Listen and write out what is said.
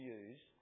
use